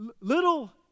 little